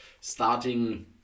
starting